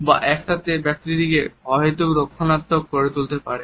বা একসাথে ব্যক্তিটিকে অহেতুক রক্ষণাত্মক করে তুলতে পারে